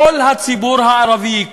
כל הציבור הערבי,